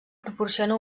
proporciona